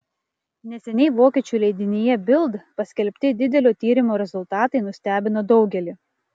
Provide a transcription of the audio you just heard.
neseniai vokiečių leidinyje bild paskelbti didelio tyrimo rezultatai nustebino daugelį